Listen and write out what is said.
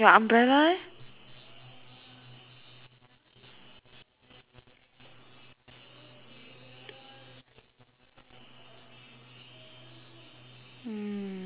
mm